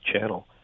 channel